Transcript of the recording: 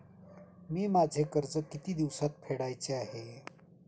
मी माझे कर्ज किती दिवसांत फेडायचे आहे?